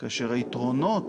כאשר היתרונות